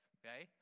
okay